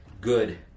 good